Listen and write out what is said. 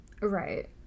right